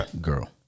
Girl